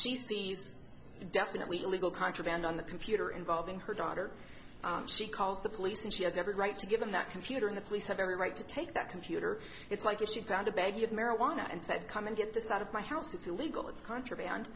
sees definitely illegal contraband on the computer involving her daughter she calls the police and she has every right to give him that computer and the police have every right to take that computer it's like if she got a bag of marijuana and said come and get this out of my house it's illegal it's contraband